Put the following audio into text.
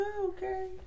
Okay